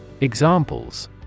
Examples